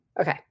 Okay